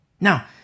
Now